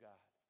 God